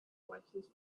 watches